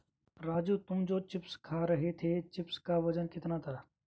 राजू तुम जो चिप्स खा रहे थे चिप्स का वजन कितना था?